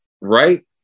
Right